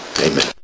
amen